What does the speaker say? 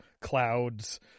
clouds